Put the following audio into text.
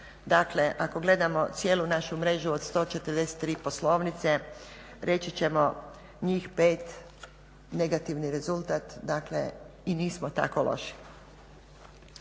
Dakle ako gledamo cijelu našu mrežu od 143 poslovnice reći ćemo njih 5 negativni rezultat, dakle i nismo tako loši.